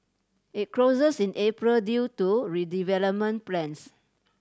it closes in April due to redevelopment plans